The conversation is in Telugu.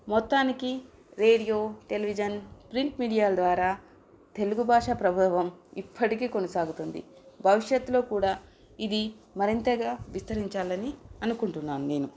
మొత్తానికి రేడియో టెలివిజన్ ప్రింట్ మీడియాల ద్వారా తెలుగు భాష ప్రభావం ఇప్పటికీ కొనసాగుతుంది భవిష్యత్తులో కూడా ఇది మరింతగా విస్తరించాలని అనుకుంటున్నాను నేను